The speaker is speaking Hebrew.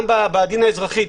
גם בדין האזרחי,